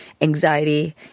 anxiety